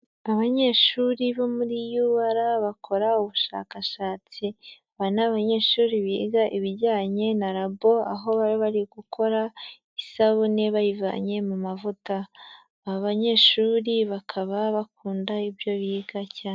Abanyeshuri bo muri UR bakora ubushakashatsi, aba ni abanyeshuri biga ibijyanye na rabo aho bari bari gukora isabune bayivanye mu mavuta, aba banyeshuri bakaba bakunda ibyo biga cyane.